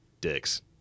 Dicks